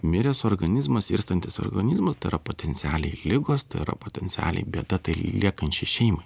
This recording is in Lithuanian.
miręs organizmas irstantis organizmas tai yra potencialiai ligos tai yra potencialiai bet tai liekančiai šeimai